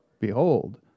Behold